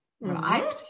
right